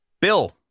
Bill